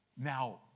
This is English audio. Now